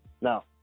Now